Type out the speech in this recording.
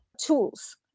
tools